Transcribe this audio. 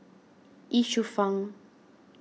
Ye Shufang